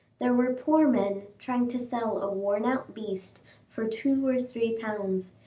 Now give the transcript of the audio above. there were poor men trying to sell a worn-out beast for two or three pounds,